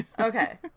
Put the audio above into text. Okay